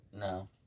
No